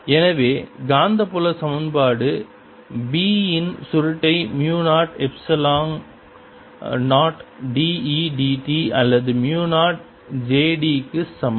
எனவே காந்தப்புல சமன்பாடு B இன் சுருட்டை mu 0 epsilon 0 d E d t அல்லது மு 0 j d க்கு சமம்